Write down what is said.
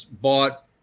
bought